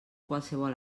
qualsevol